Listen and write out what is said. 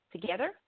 together